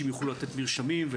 מדברים על